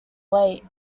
late